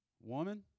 Woman